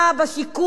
בשיכון,